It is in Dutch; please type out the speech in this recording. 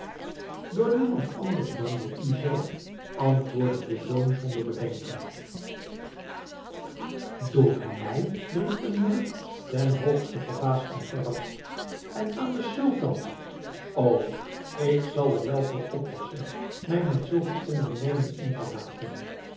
door niemand anders dan door uzelf antwoordde de zoon zonder bedenken door mij riep de moeder ten hoogste verbaasd en verrast en aan den sultan o ik zal er wel voor oppassen mij met zulk n onderneming in te laten